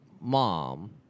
mom